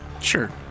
Sure